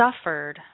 suffered